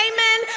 Amen